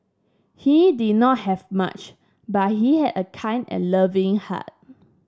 he did not have much but he had a kind and loving heart